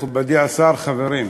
מכובדי השר, חברים,